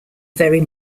very